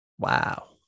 Wow